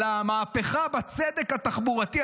המהפכה בצדק התחבורתי,